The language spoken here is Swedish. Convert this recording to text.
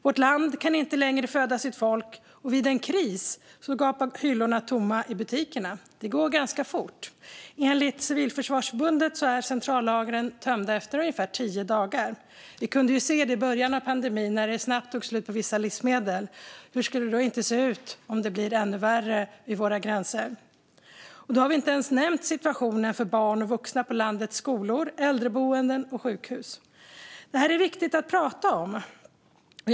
Vårt land kan inte längre föda sitt folk, och vid en kris gapar hyllorna tomma i butikerna. Det går fort. Enligt Civilförsvarsförbundet är centrallagren tömda efter ungefär tio dagar. Vi kunde se detta i början av pandemin när vissa livsmedel snabbt tog slut. Hur skulle det då inte se ut om det blir ännu värre vid våra gränser? Då har vi inte ens nämnt situationen för barn och vuxna vid landets skolor, äldreboenden och sjukhus. Det är viktigt att prata om dessa frågor.